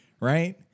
right